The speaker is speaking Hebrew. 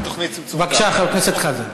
בבקשה, חבר הכנסת חזן.